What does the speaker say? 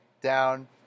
Down